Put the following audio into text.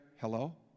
Hello